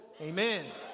Amen